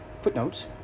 footnotes